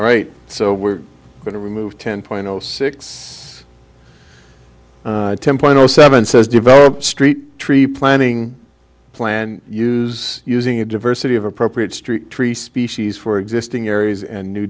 all right so we're going to remove ten point zero six ten point zero seven says develop street tree planning plan use using a diversity of appropriate street tree species for existing areas and new